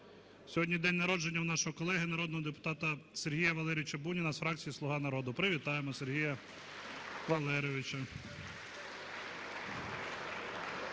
Сьогодні день народження у нашого колеги народного депутата Сергія Валерійовича Буніна з фракції "Слуга народу". Привітаємо Сергія Валерійовича.